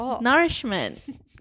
nourishment